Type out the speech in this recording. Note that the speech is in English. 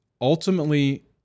ultimately